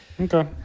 Okay